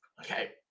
Okay